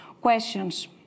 questions